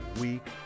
week